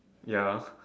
ya